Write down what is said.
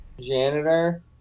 janitor